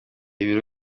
ibiro